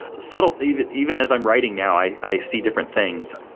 so but even even as i'm writing now, i i see different things.